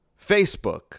Facebook